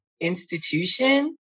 institution